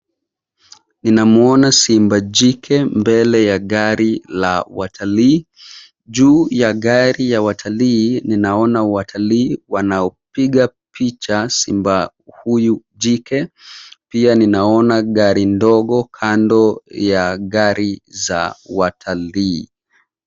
Ninamwona simba jike mbele ya gari la watalii. Juu ya gari ya watalii ninaoona watalii wanaopiga picha simba huyu jike. Pia ninaona gari ndogo kando ya gari za watalii.